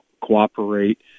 cooperate